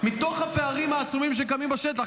מתוך הפערים העצומים שקיימים בשטח,